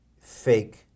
fake